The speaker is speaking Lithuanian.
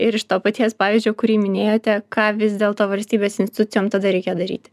ir iš to paties pavyzdžio kurį minėjote ką vis dėlto valstybės institucijom tada reikia daryti